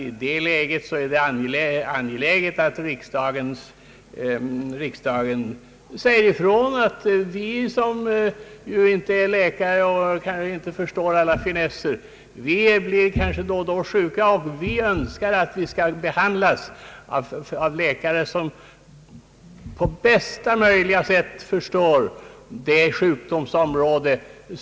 I det läget är det angeläget att riksdagen säger ifrån att vi som inte är läkare och inte förstår alla finesser men som kanske då och då blir sjuka önskar att vi blir behandlade av läkare som på bästa möjliga sätt förstår vår sjukdom.